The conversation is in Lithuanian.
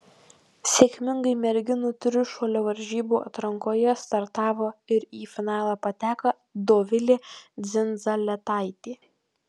sėkmingai merginų trišuolio varžybų atrankoje startavo ir į finalą pateko dovilė dzindzaletaitė